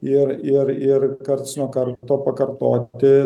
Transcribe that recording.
ir ir ir karts nuo karto pakartoti